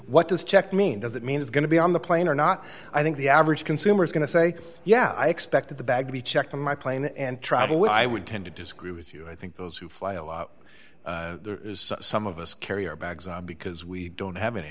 what does check mean does it mean it's going to be on the plane or not i think the average consumer is going to say yeah i expected the bag to be checked on my plane and travel well i would tend to disagree with you i think those who fly a lot some of us carrier bags because we don't have any